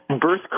birth